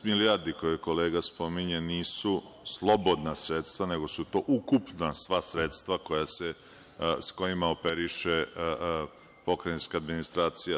Trideset milijardi, koje kolega spominje, nisu slobodna sredstva, nego su to ukupna sva sredstva sa kojima operiše pokrajinska administracija.